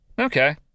okay